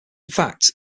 fact